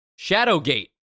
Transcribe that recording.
Shadowgate